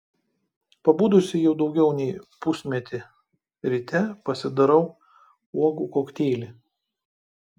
pabudusi jau daugiau nei pusmetį ryte pasidarau uogų kokteilį